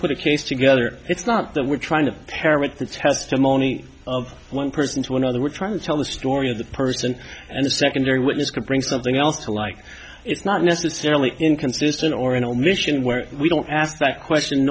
put a case together it's not that we're trying to parrot the testimony of one person to another we're trying to tell the story of the person and the secondary witness can bring something else to like it's not necessarily inconsistent or an omission where we don't ask that question